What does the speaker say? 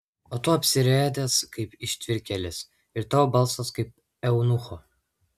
o tu apsirėdęs kaip ištvirkėlis ir tavo balsas kaip eunucho